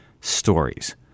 stories